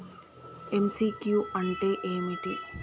MCQ అంటే ఏమిటి?